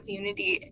unity